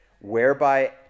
whereby